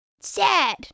sad